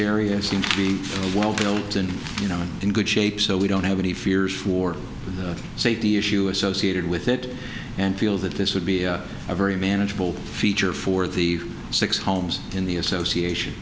area seem to be well below you know in good shape so we don't have any fears for the safety issue associated with it and feel that this would be a very manageable feature for the six homes in the associat